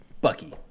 Bucky